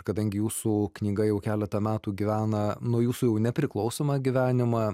kadangi jūsų knyga jau keletą metų gyvena nuo jūsų jau nepriklausomą gyvenimą